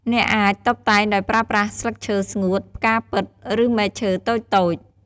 អ្នកអាចតុបតែងដោយប្រើប្រាស់ស្លឹកឈើស្ងួត ផ្កាពិត ឬមែកឈើតូចៗ។